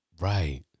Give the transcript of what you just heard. Right